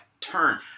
turn